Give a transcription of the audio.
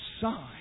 sign